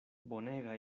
bonega